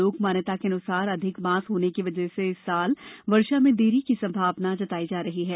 लोक मान्यता के अनुसार अधिक मास होने की वजह से इस वर्ष वर्षा में देरी की संभावना बताई जा रही है